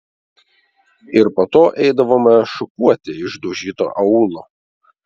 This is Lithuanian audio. ir po to eidavome šukuoti išdaužyto aūlo